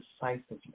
decisively